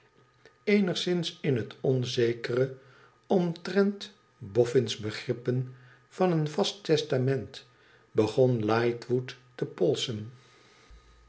eenigszins in het onzekere omtrent boffin's begrippen van een vast testament begon lightwood te polsen